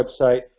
website